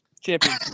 Champion